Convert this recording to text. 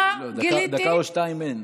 דקה או שתיים אין.